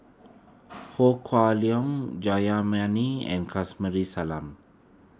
Ho Kah Leong Jayamani and Salam